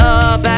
up